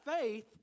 faith